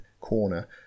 corner